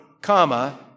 comma